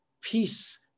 Peace